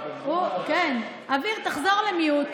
תחזור למיוט.